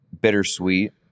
bittersweet